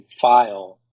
file